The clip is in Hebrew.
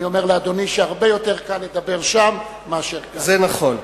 אני אומר לאדוני שהרבה יותר קל לדבר שם מאשר כאן.